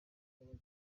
bagira